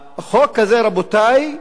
רבותי,